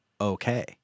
Okay